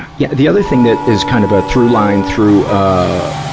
yeah. the other thing that is kind of a through line through, ah,